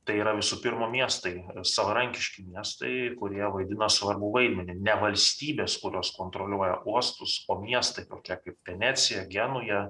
tai yra visų pirma miestai savarankiški miestai kurie vaidino svarbų vaidmenį ne valstybės kurios kontroliuoja uostus o miestai tokie kaip venecija genuja